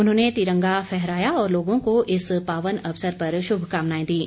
उन्होंने तिरंगा फहराया और लोगों को इस पावन अवसर पर शुभकामनाएं दीं